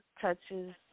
touches